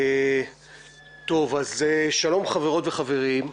אז שלום, חברות וחברים.